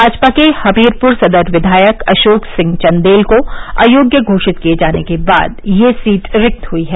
भाजपा के हमीरपुर सदर किघायक अशोक सिंह चन्देल को अयोग्य घोषित किये जाने के बाद यह सीट रिक्त हुई है